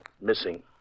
Missing